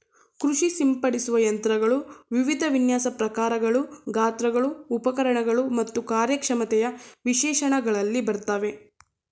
ಕೃಷಿ ಸಿಂಪಡಿಸುವ ಯಂತ್ರಗಳು ವಿವಿಧ ವಿನ್ಯಾಸ ಪ್ರಕಾರಗಳು ಗಾತ್ರಗಳು ಉಪಕರಣಗಳು ಮತ್ತು ಕಾರ್ಯಕ್ಷಮತೆಯ ವಿಶೇಷಣಗಳಲ್ಲಿ ಬರ್ತವೆ